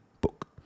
book